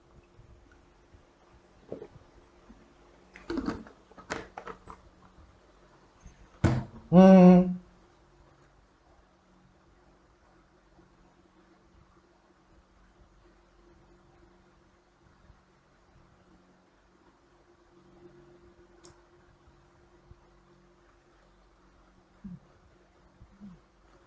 mmhmm